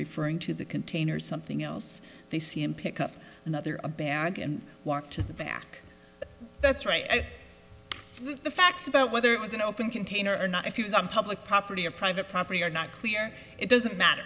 referring to the containers something else they see him pick up another bag and walk to the back that's right i think the facts about whether it was an open container or not if you was on public property or private property or not clear it doesn't matter